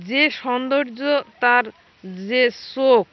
যে সৌন্দর্য তার যে সখ